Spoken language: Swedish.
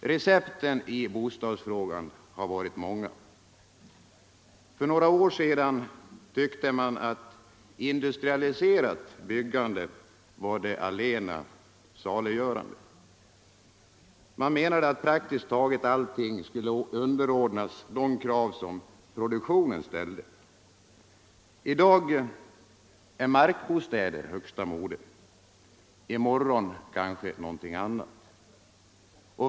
Recepten i bostadsfrågan har varit många. För några år sedan tyckte många att industrialiserat byggande var det allena saliggörande. Man menade att praktiskt taget allting skulle underordnas de krav som produktionen ställde. I dag är markbostäder högsta mode, i morgon kanske något annat.